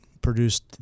produced